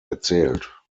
erzählt